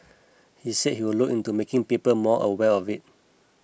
he said he would look into making people more aware of it